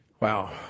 Wow